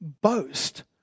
boast